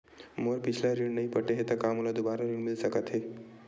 मोर पिछला ऋण नइ पटे हे त का मोला दुबारा ऋण मिल सकथे का?